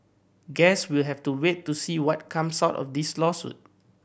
guess we'll have to wait to see what comes out of this lawsuit